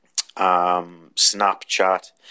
snapchat